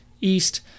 east